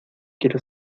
quiero